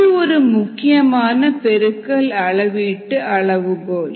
இது ஒரு முக்கியமான பெருக்கல் அளவீட்டு அளவுகோல்